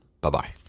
Bye-bye